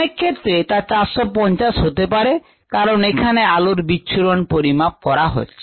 অনেক ক্ষেত্রে তা 450 হতে পারে কারণ এখানে আলোর বিচ্ছুরণ পরিমাণ করা হচ্ছে